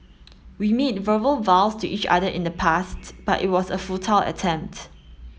we made verbal vows to each other in the past but it was a futile attempt